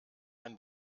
ein